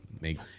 Make